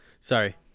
Sorry